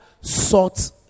sought